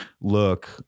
look